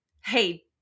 hey